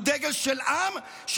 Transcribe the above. הוא דגל של עם,